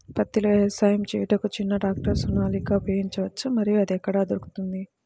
పత్తిలో వ్యవసాయము చేయుటకు చిన్న ట్రాక్టర్ సోనాలిక ఉపయోగించవచ్చా మరియు అది ఎక్కడ దొరుకుతుంది?